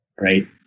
Right